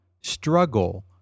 struggle